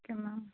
okay ma'am